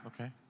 okay